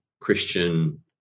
Christian